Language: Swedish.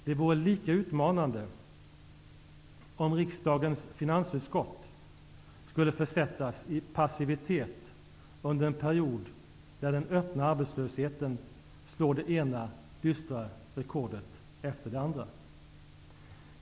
Det vore lika utmanande om riksdagens finansutskott skulle försättas i passivitet under en period då den öppna arbetslösheten slår det ena dystra rekordet efter det andra.